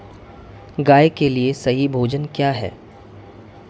गाय के लिए सही भोजन क्या है?